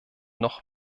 noch